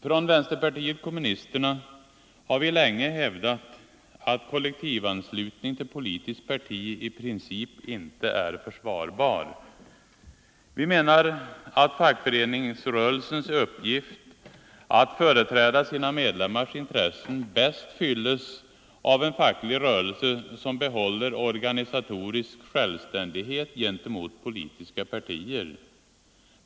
Från vänsterpartiet kommunisterna har vi länge hävdat att kollektivanslutning till politiskt parti i princip inte är försvarbar. Vi menar att fackföreningsrörelsens uppgift att företräda sina medlemmars intressen bäst fylls av en facklig rörelse, som behåller organisatorisk självständighet gentemot politiska partier.